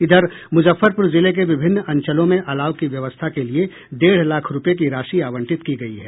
इधर मुजफ्फरपुर जिले के विभिन्न अंचलों में अलाव की व्यवस्था के लिए डेढ़ लाख रूपये की राशि आवंटित की गयी है